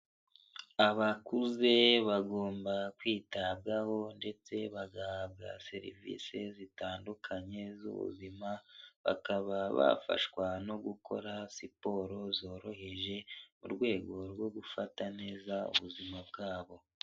Abakuze bagomba kwitabwaho ndetse bagahabwa serivisi zitandukanye z'ubuzima bakaba bafashwa no gukora siporo zoroheje mu rwego rwo gufata neza ubuzima bwabo.